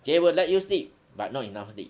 they will let you sleep but not enough sleep